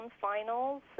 finals